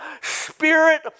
spirit